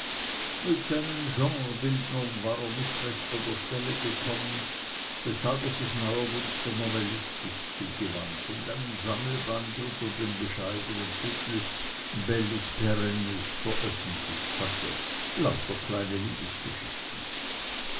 mit seinen genrebildern war er nicht recht von der stelle gekommen weshalb er sich neuerdings der novellistik zugewandt und einen sammelband unter dem bescheidenen titel bellis perennis veröffentlicht hatte lauter kleine liebesgeschichten